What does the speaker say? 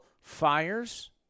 Fires